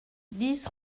dix